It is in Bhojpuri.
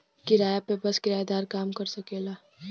किराया पे बस किराएदारे काम कर सकेला